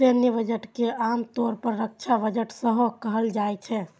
सैन्य बजट के आम तौर पर रक्षा बजट सेहो कहल जाइ छै